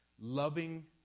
...loving